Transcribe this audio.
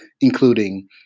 including